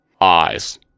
Eyes